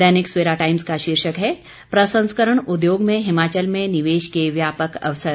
दैनिक Savera times का शीर्षक है प्रसंस्करण उद्योग में हिमाचल में निवेश के व्यापक अवसर